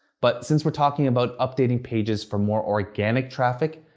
but since we're talking about updating pages for more organic traffic,